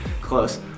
Close